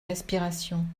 respiration